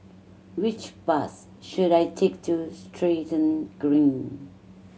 which bus should I take to Stratton Green